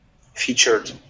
featured